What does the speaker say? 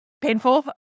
painful